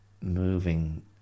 moving